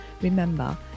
Remember